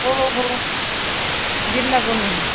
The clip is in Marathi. हो हो हो दील ना बनऊन